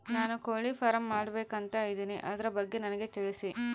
ನಾನು ಕೋಳಿ ಫಾರಂ ಮಾಡಬೇಕು ಅಂತ ಇದಿನಿ ಅದರ ಬಗ್ಗೆ ನನಗೆ ತಿಳಿಸಿ?